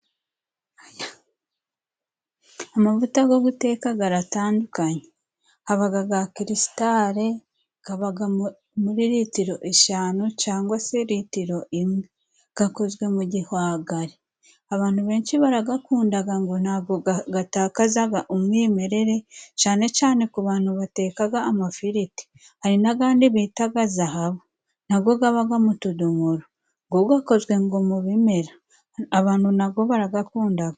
Amavuta go guteka garatandukanye. Habaga aga Kiristali, gabaga muri litiro eshanu cangwa se litiro imwe. Gakozwe mu gihwagari, abantu benshi baragakundaga ngo ntabwo gatakazaga umwimerere cane cane ku bantu batekaga amafiriti. Hari n'agandi bitaga Zahabu. Nago gabaga mu tudumoro, go gakozwe ngo mu bimera. Abantu nago baragakundaga.